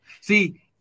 See